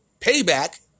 payback